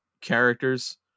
characters